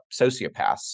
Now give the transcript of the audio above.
sociopaths